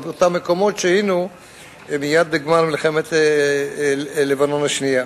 מאותם מקומות שהיינו בהם מייד בגמר מלחמת לבנון השנייה.